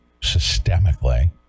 systemically